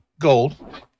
gold